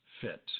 fit